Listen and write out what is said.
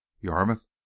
Yarmouth